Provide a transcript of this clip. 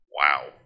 Wow